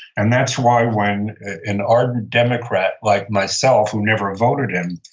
and that's why, when an ardent democrat like myself who never voted him,